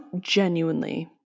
genuinely